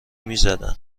میزدن